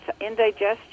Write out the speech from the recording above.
indigestion